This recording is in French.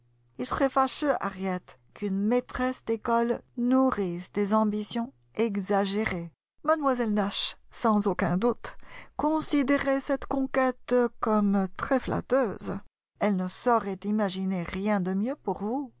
il serait fâcheux harriet qu'une maîtresse d'école nourrisse des ambitions exagérées mlle nash sans aucun doute considérerait cette conquête comme très flatteuse elle ne saurait imaginer rien de mieux pour vous